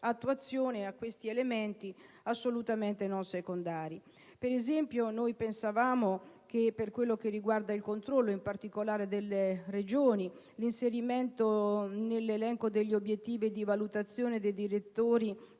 attuazione a questi elementi assolutamente non secondari. Ad esempio, noi pensavamo che per quanto riguarda il controllo, in particolare delle Regioni, l'inserimento nell'elenco degli obiettivi di valutazione dei direttori